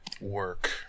work